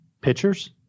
Pitchers